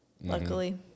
Luckily